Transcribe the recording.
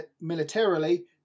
militarily